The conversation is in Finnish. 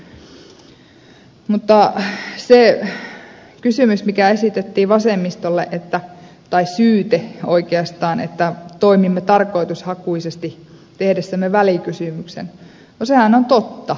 mutta se kysymys tai syyte oikeastaan mikä esitettiin vasemmistolle että toimimme tarkoitushakuisesti tehdessämme välikysymyksen sehän on totta